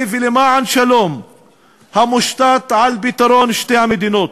ולמען שלום המושתת על פתרון שתי המדינות.